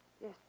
Yes